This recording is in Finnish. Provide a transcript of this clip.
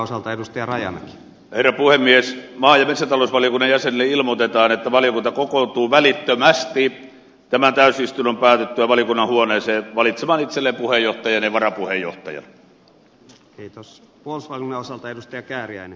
maa ja rajan rlle mies vaivaiset olut metsätalousvaliokunnan jäsenille ilmoitetaan että valiokunta kokoontuu välittömästi tämän täysistunnon päätyttyä valiokunnan huoneeseen valitsemaan itselleen puheenjohtajan ja varapuheenjohtajan